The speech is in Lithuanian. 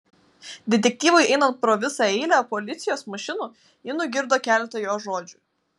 detektyvui einant pro visą eilę policijos mašinų ji nugirdo keletą jo žodžių